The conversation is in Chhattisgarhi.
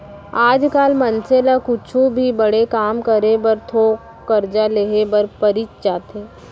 आज काल मनसे ल कुछु भी बड़े काम करे बर थोक करजा लेहे बर परीच जाथे